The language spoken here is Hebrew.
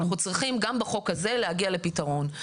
אנחנו צריכים גם בחוק הזה להגיע פתרון.